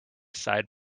side